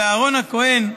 ואהרן הכהן,